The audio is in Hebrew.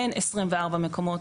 אין 24 מקומות,